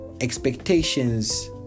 expectations